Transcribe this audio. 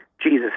Jesus